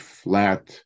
flat